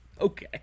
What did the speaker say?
Okay